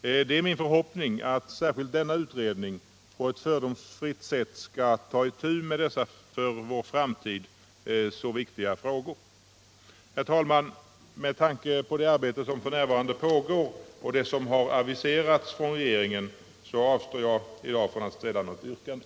Det är min förhoppning att särskilt denna utredning på ett fördomsfritt sätt skall ta itu med dessa för vår framtid så viktiga frågor. Herr talman! Med tanke på det arbete som f.n. pågår och som är aviserat från regeringen avstår jag från att ställa något yrkande.